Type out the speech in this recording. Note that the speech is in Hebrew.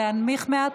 להנמיך מעט,